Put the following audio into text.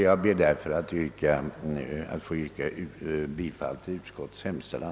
Jag ber därför att få yrka bifall till utskottets hemställan.